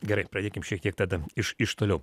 gerai pradėkim šiek tiek tada iš iš toliau